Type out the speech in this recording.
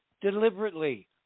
deliberately